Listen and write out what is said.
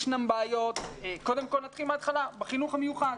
ישנן בעיות, קודם כל נתחיל מהתחלה, בחינוך המיוחד.